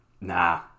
nah